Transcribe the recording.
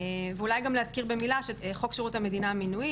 אולי גם להזכיר במילה שחוק שירות המדינה-מינויים